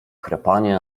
chrapanie